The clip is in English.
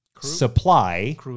supply